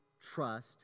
trust